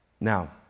Now